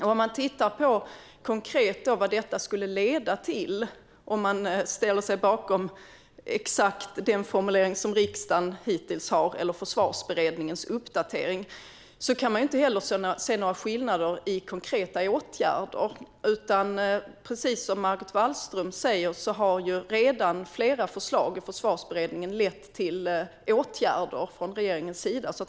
Om man ser på vad det skulle leda till konkret att ställa sig bakom den exakta formulering som riksdagen hittills har eller bakom Försvarsberedningens uppdatering kan man inte heller se några skillnader i konkreta åtgärder. Precis som Margot Wallström säger har flera förslag från Försvarsberedningen redan lett till åtgärder från regeringens sida.